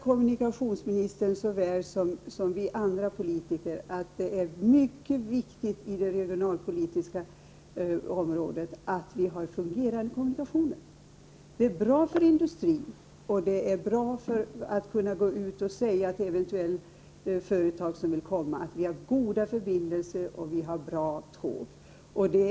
Kommunikationsministern vet väl lika väl som vi andra politiker att det är mycket viktigt för det regionalpolitiska området att vi har fungerande kommunikationer. Det är bra att kunna säga till företag som eventuellt vill komma att vi har goda förbindelser och bra tåg.